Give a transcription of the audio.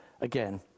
again